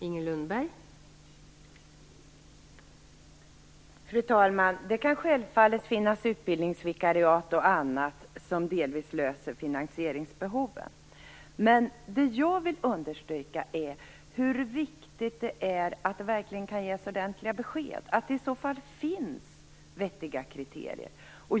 Fru talman! Det kan självfallet finnas utbildningsvikariat och annat som delvis löser finansieringsbehoven. Men jag vill understryka hur viktigt det är att det verkligen ges ordentliga besked och att det i så fall finns vettiga kriterier.